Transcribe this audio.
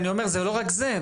אני אומר שזה לא רק זה.